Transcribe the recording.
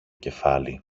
κεφάλι